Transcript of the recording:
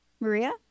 Maria